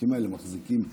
העסקים האלה מחזיקים 10,